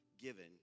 given